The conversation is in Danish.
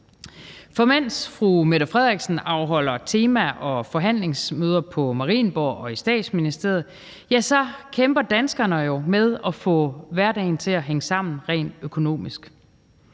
For mens fru Mette Frederiksen afholder tema- og forhandlingsmøder på Marienborg og i Statsministeriet, kæmper danskerne jo med at få hverdagen til at hænge sammen rent økonomisk.